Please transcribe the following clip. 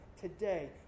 today